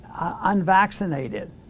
unvaccinated